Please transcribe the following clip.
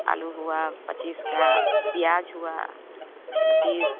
आलू हुआ पच्चीस का प्याज़ हुआ पच्चीस